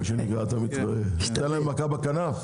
מה שנקרא, אתה נותן להם מכה בכנף.